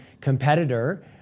competitor